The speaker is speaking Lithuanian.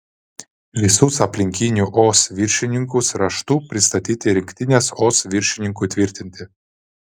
visus apylinkių os viršininkus raštu pristatyti rinktinės os viršininkui tvirtinti